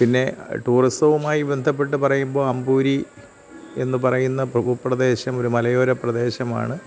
പിന്നെ ടൂറിസവുമായി ബന്ധപ്പെട്ട് പറയുമ്പോള് അമ്പൂരി എന്ന് പറയുന്ന ഭൂപ്രദേശം ഒരു മലയോര പ്രദേശമാണ്